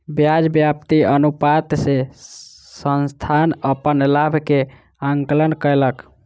ब्याज व्याप्ति अनुपात से संस्थान अपन लाभ के आंकलन कयलक